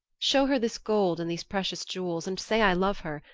show her this gold and these precious jewels, and say i love her,